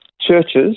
churches